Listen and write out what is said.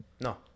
No